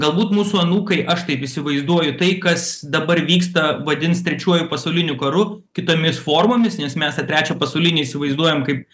galbūt mūsų anūkai aš taip įsivaizduoju tai kas dabar vyksta vadins trečiuoju pasauliniu karu kitomis formomis nes mes tą trečią pasaulinį įsivaizduojam kaip